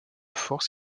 force